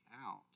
out